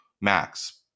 Max